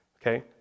Okay